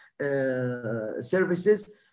services